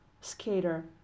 Skater